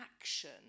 action